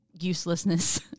uselessness